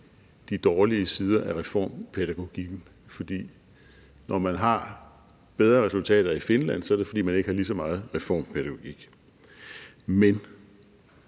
de dårlige sider af reformpædagogikken, for når man har bedre resultater i Finland, er det, fordi man ikke har lige så meget reformpædagogik. Men